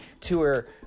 tour